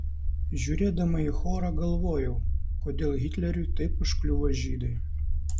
žiūrėdama į chorą galvojau kodėl hitleriui taip užkliuvo žydai